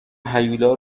هیولا